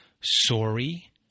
sorry